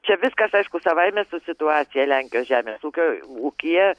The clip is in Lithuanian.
čia viskas aišku savaime su situacija lenkijos žemės ūkio ūkyje